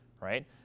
right